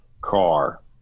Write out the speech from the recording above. car